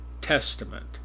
testament